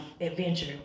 adventure